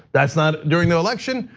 that's not during the election,